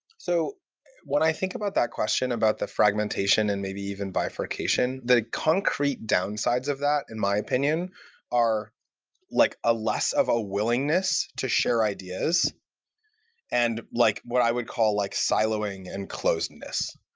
so i think about that question about the fragmentation and maybe even bifurcation, the concrete downsides of that in my opinion are like a less of a willingness to share ideas and like what i would call like siloing and closeness.